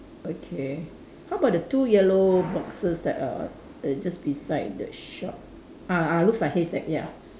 okay how about the two yellow boxes that err err just beside the shop ah ah look like haystack ya